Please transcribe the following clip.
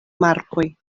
markoj